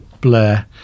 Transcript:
Blair